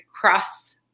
cross